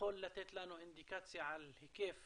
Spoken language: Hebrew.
יכול לתת לנו אינדיקציה על היקף